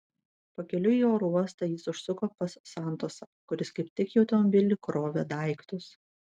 pakeliui į oro uostą jis užsuko pas santosą kuris kaip tik į automobilį krovė daiktus